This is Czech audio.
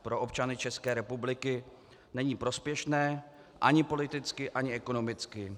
Pro občany České republiky není prospěšné ani politicky ani ekonomicky.